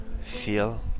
feel